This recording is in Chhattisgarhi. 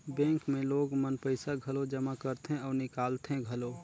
बेंक मे लोग मन पइसा घलो जमा करथे अउ निकालथें घलो